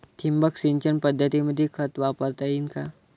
ठिबक सिंचन पद्धतीमंदी खत वापरता येईन का?